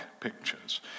pictures